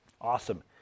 awesome